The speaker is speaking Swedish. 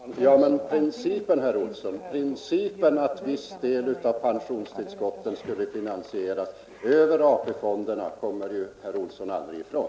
Herr talman! Ja, men principen, herr Olsson i Stockholm, principen att en viss del av pensionstillskotten skulle finansieras över AP-fonderna, kommer herr Olsson aldrig ifrån.